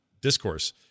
discourse